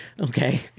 Okay